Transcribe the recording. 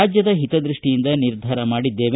ರಾಜ್ಯದ ಹಿತದ್ಯಪ್ಪಿಯಿಂದ ನಿರ್ಧಾರ ಮಾಡಿದ್ದೇವೆ